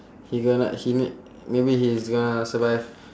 he gonna he need maybe he's gonna survive